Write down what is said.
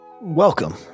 Welcome